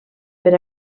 per